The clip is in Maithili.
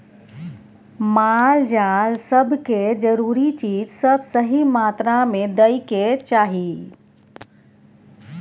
माल जाल सब के जरूरी चीज सब सही मात्रा में दइ के चाही